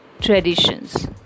traditions